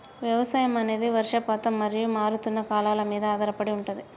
వ్యవసాయం అనేది వర్షపాతం మరియు మారుతున్న కాలాల మీద ఆధారపడి ఉంటది